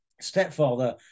stepfather